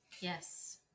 Yes